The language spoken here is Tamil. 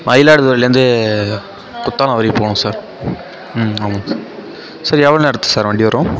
மயிலாடுதுறைலேருந்து குற்றாலம் வரையும் போகணும் சார் ஆமாம் சார் எவ்வளோ நேரத்துக்கு சார் வண்டி வரும்